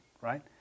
right